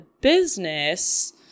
business